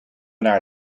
naar